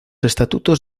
estatutos